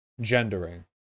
gendering